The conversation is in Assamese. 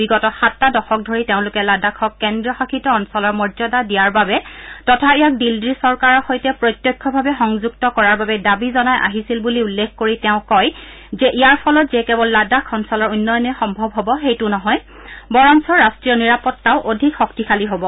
বিগত সাতটা দশক ধৰি তেওঁলোকে লাডাখক কেন্দ্ৰ শাসিত অঞ্চলৰ মৰ্যাদা দিয়াৰ বাবে তথা ইয়াক দিল্লীৰ চৰকাৰৰ সৈতে প্ৰত্যক্ষভাৱে সংযুক্ত কৰাৰ বাবে দাবী জনাই আহিছিল বুলি উল্লেখ কৰি তেওঁ কয় যে ইয়াৰ ফলত যে কেৱল লাডাখ অঞ্চলৰ উন্নয়নেই সম্ভৱ হ'ব সেইটো নহয় বৰঞ্চ ৰাষ্ট্ৰীয় নিৰাপত্তাও অধিক শক্তিশালী হ'ব